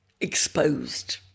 exposed